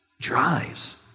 drives